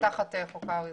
זה תחת חוק האריזות.